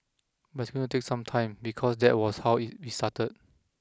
but it's going to take some time because that was how it it started